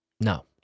No